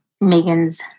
Megan's